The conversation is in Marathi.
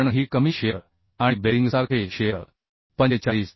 कारण ही कमी शिअर आणि बेरिंगसारखे शिअर 45